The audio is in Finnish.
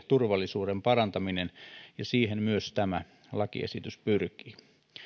turvallisuuden parantaminen ja siihen myös tämä lakiesitys pyrkii